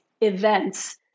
events